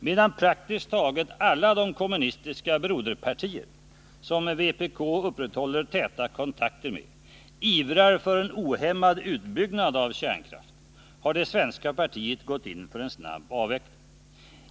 Medan praktiskt taget alla de kommunistiska broderpartier som vpk upprätthåller täta kontakter med ivrar för en ohämmad utbyggnad av kärnkraften, har det svenska partiet gått in för en snabb avveckling.